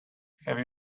have